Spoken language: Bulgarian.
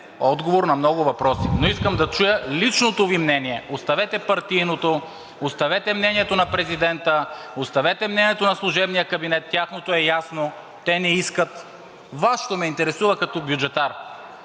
отговор на много въпроси, но искам да чуя личното Ви мнение? Оставете партийното, оставете мнението на президента, оставете мнението на служебния кабинет – тяхното е ясно, те не искат. Вашето ме интересува като бюджетар,